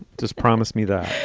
just promise me that